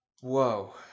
whoa